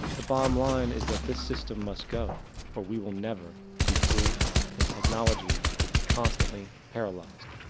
the bottom line is that this system must go or we will never be free and technology will be constantly paralyzed.